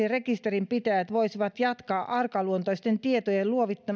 rekisterinpitäjät voisivat jatkaa arkaluontoisten tietojen